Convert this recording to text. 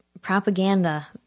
propaganda